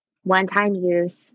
one-time-use